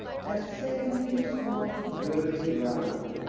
and sang him the song of birdie brown.